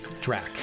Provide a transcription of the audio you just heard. Drac